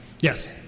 Yes